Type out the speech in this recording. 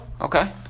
Okay